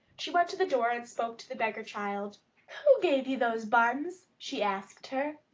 she went to the door and spoke to the beggar-child. who gave you those buns? she asked her.